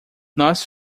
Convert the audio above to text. nós